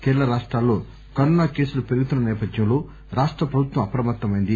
కేరళ రాష్రాల్లో కరోనా కేసులు పెరుగుతున్న సేపథ్యంలో రాష్ట ప్రభుత్వం అప్రమత్తమైంది